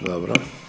Dobro.